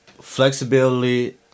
flexibility